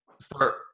start